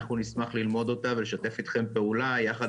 אנחנו נשמח ללמוד אותה ולשתף איתכם פעולה יחד